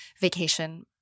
vacation